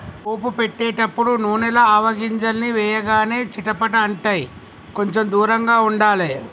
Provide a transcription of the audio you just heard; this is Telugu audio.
పోపు పెట్టేటపుడు నూనెల ఆవగింజల్ని వేయగానే చిటపట అంటాయ్, కొంచెం దూరంగా ఉండాలే